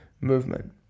movement